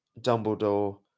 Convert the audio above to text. Dumbledore